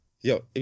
yo